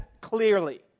clearly